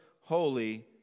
holy